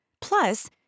Plus